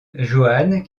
johannes